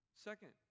Second